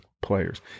players